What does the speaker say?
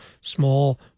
small